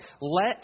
Let